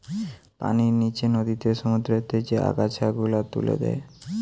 পানির নিচে নদীতে, সমুদ্রতে যে আগাছা গুলা তুলে দে